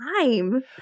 time